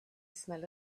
smell